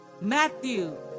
Matthew